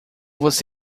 você